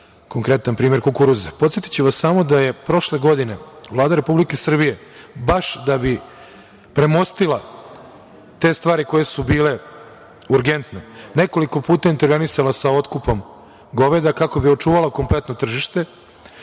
konkretan primer kukuruza. Podsetiću vas samo da je prošle godine Vlada Republike Srbije, baš da bi premostila te stvari koje su bile urgentne, nekoliko puta intervenisala sa otkupom goveda kako bi očuvala kompletno tržište.